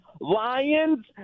Lions